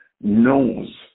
knows